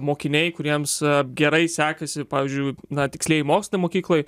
mokiniai kuriems gerai sekėsi pavyzdžiui na tikslieji mokslai mokykloj